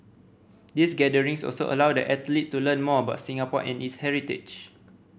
these gatherings also allow the athletes to learn more about Singapore and its heritage